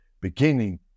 beginning